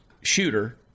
shooter